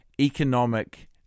economic